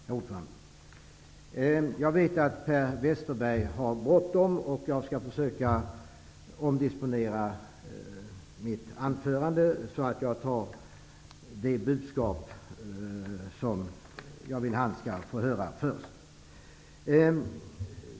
Herr talman! Jag vet att Per Westerberg har bråttom och jag skall omdisponera mitt anförande så att jag först tar upp det budskap jag vill att han skall få höra.